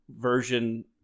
version